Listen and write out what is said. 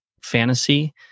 fantasy